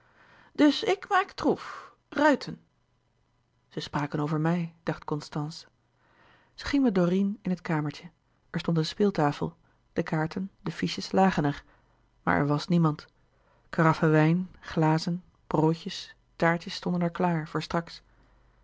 dus ik maak troef ruiten ze spraken over mij dacht constance zij ging met dorine in het kamertje er stond een speeltafel de kaarten de fiches lagen er maar er was niemand karaffen louis couperus de boeken der kleine zielen wijn glazen broodjes taartjes stonden er klaar voor straks